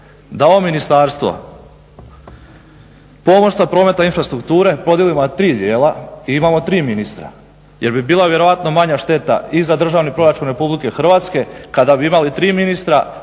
da ovo Ministarstvo pomorstva, prometa i infrastrukture podijelimo na tri dijela i imamo tri ministra jer bi bila vjerojatno manja šteta i za državni proračun Republike Hrvatske kada bi imali tri ministra,